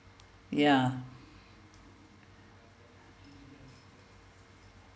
ya